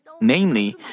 Namely